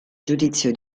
giudizio